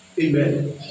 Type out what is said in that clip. Amen